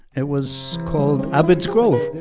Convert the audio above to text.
it was called abed's grove.